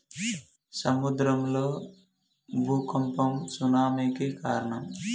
సముద్రం లో భూఖంపం సునామి కి కారణం